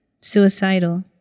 suicidal